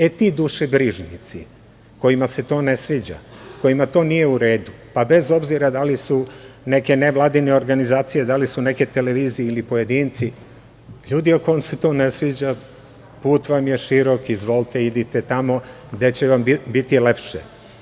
E, ti dušebrižnici kojima se to ne sviđa, kojima to nije u redu, pa bez obzira da li su neke nevladine organizacije, da li su neke televizije ili pojedinci, ljudi ako vam se to ne sviđa, put vam je širok, izvolite idite tamo gde će vam biti lepše.